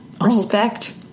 respect